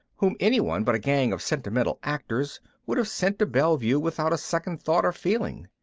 whom anyone but a gang of sentimental actors would have sent to bellevue without a second thought or feeling.